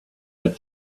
but